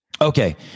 Okay